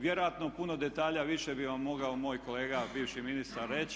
Vjerojatno puno detalja više bi vam mogao moj kolega bivši ministar reći.